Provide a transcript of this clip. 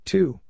Two